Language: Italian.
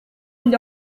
gli